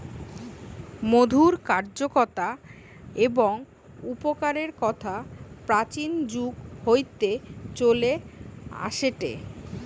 মধুর কার্যকতা এবং উপকারের কথা প্রাচীন যুগ হইতে চলে আসেটে